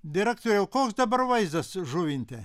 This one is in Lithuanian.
direktoriau koks dabar vaizdas žuvinte